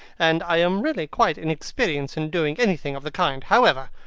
and i am really quite inexperienced in doing anything of the kind. however,